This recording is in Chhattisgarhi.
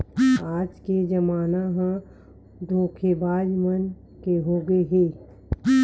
आज के जमाना ह धोखेबाज मन के होगे हे